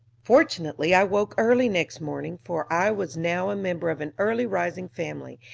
fortunately i woke early next morning, for i was now a member of an early-rising family,